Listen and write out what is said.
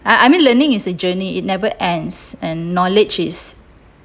I I mean learning is a journey it never ends and knowledge is